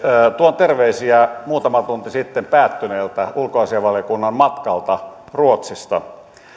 tuon terveisiä muutama tunti sitten päättyneeltä ulkoasiainvaliokunnan matkalta ruotsista